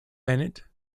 bennett